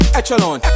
Echelon